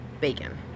bacon